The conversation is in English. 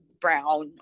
brown